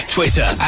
Twitter